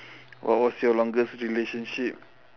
what was your longest relationship